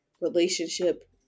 relationship